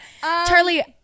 charlie